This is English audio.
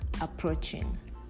approaching